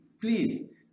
please